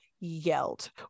yelled